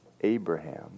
Abraham